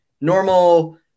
normal